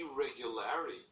irregularity